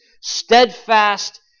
steadfast